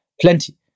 plenty